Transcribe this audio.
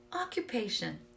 occupation